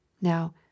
now